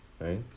right